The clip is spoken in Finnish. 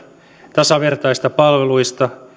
tasavertaisista palveluista